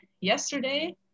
Yesterday